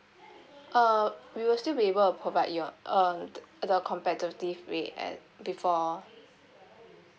uh we will still be able to provide you um the competitive rate at before